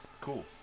Cool